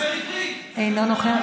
אינו נוכח.